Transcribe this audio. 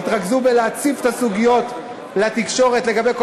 תתרכזו בהצפת הסוגיות לתקשורת לגבי כל